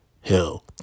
Hell